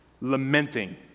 lamenting